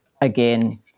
again